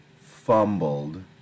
fumbled